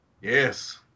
Yes